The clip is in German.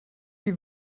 die